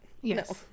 Yes